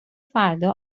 فردا